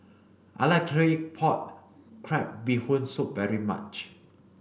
I like Claypot crab bee Hoon soup very much